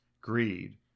greed